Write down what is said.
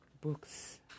Books